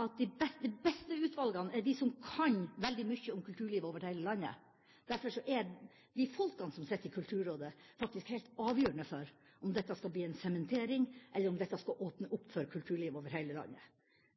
at de beste utvalgene er de som kan veldig mye om kulturlivet over hele landet. Derfor er de folkene som sitter i Kulturrådet, faktisk helt avgjørende for om dette skal bli en sementering, eller om dette skal åpne opp for kulturlivet over hele landet.